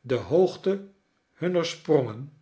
de hoogte hunner sprongen